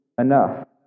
enough